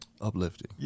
Uplifting